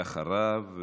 ואחריו,